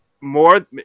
More